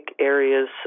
areas